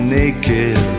naked